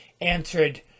answered